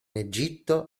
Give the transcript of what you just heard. egitto